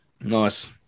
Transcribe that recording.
Nice